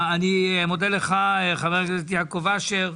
אני מודה לך, חבר הכנסת יעקב אשר.